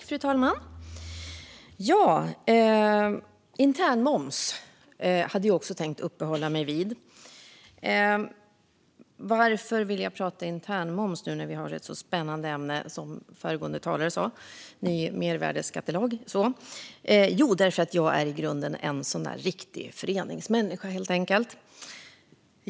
Fru talman! Internmoms hade även jag tänkt uppehålla mig vid. Varför vill jag prata om detta nu när vi har ett så spännande ämne, en ny mervärdesskattelag, som föregående talare sa? Jo, därför att jag i grunden är en riktig föreningsmänniska.